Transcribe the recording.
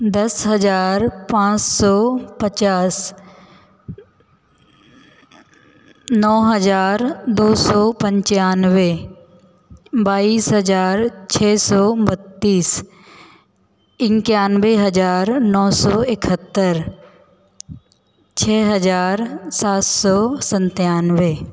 दस हजार पाँच सौ पचास नौ हजार दो सौ पंचानबे बाईस हजार छ सौ बत्तीस इक्यानबे हजार नौ सौ इकहत्तर छ हजार सात सौ संतानवे